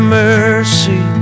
mercy